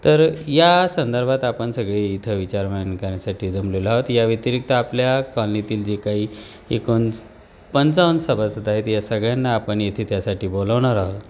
तर या संदर्भात आपण सगळे इथं विचारमन करण्यासाठी जमलेलो आहोत या व्यतिरिक्त आपल्या कॉलनीतील जे काही एकूण पंचावन सभासद आहेत या सगळ्यांना आपण येथे त्यासाठी बोलवणार आहोत